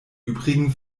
übrigen